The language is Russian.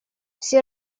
все